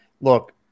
look